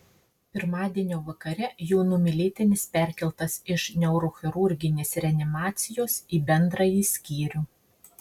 pirmadienio vakare jų numylėtinis perkeltas iš neurochirurginės reanimacijos į bendrąjį skyrių